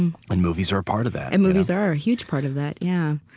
and and movies are a part of that and movies are a huge part of that, yeah.